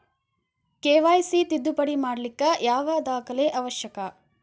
KYC ತಿದ್ದುಪಡಿ ಮಾಡ್ಲಿಕ್ಕೆ ಯಾವ ದಾಖಲೆ ಅವಶ್ಯಕ?